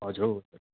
हजुर हो